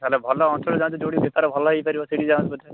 ତା'ହେଲେ ଭଲ ଅଞ୍ଚଳକୁ ଯାଅନ୍ତୁ ଯେଉଁଠି ବେପାର ଭଲ ହେଇପାରିବ ସେଇଠି କି ଯାଆନ୍ତୁ ପଛେ